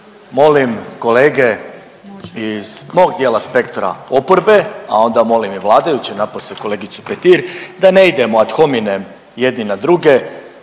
molim kolege iz mog dijela spektra oporbe, a onda molim i vladajuće napose kolegicu Petir da ne idemo ad hominem jedni na druge,